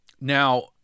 now